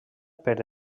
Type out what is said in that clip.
per